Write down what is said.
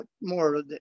more